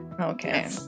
okay